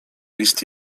list